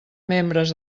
membres